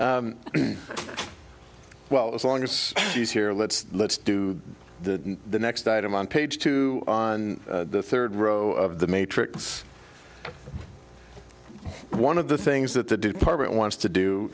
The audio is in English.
that well as long as he's here let's let's do the next item on page two on the third row of the matrix one of the things that the department wants to do